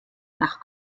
nach